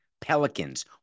Pelicans